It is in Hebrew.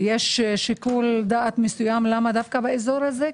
יש שיקול דעת למה באזור הזה?